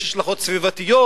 יש השלכות סביבתיות.